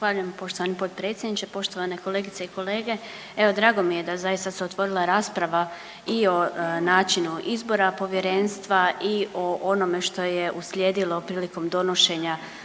Zahvaljujem poštovani potpredsjedniče, poštovane kolegice i kolege. Evo drago mi je da zaista se otvorila rasprava i o načinu izbora povjerenstva i o onome što je uslijedilo prilikom donošenja